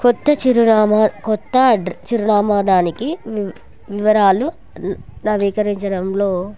కొత్త చిరునామా కొత్త అడ చిరునామాకి వి వివరాలు నవీకరించడంలో